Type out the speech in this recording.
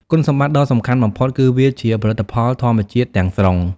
គុណសម្បត្តិដ៏សំខាន់បំផុតគឺវា ជាផលិតផលធម្មជាតិទាំងស្រុង។